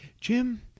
Jim